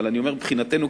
אבל אני אומר: מבחינתנו,